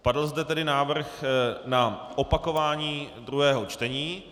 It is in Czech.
Padl zde tedy návrh na opakování druhého čtení.